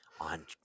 on